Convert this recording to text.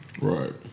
Right